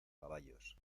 caballos